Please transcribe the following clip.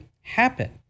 happen